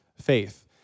faith